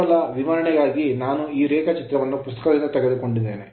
ಕೇವಲ ವಿವರಣೆಗಾಗಿ ನಾನು ಈ ರೇಖಾಚಿತ್ರವನ್ನು ಪುಸ್ತಕದಿಂದ ತೆಗೆದುಕೊಂಡಿದ್ದೇನೆ